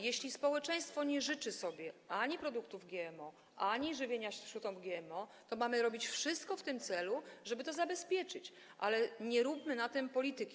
Jeśli społeczeństwo nie życzy sobie ani produktów GMO, ani żywienia śrutą GMO, to mamy robić wszystko w tym celu, żeby to zabezpieczyć, ale nie róbmy na tym polityki.